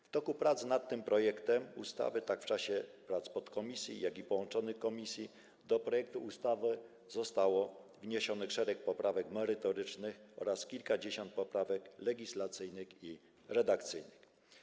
W toku prac nad tym projektem ustawy, w czasie prac tak podkomisji, jak i połączonych komisji, do projektu ustawy zostało wniesionych szereg poprawek merytorycznych oraz kilkadziesiąt poprawek legislacyjnych i redakcyjnych.